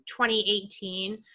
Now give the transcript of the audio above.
2018